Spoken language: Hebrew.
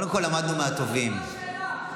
אל תדאג, השאלה שלי כבר מוכנה.